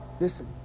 listen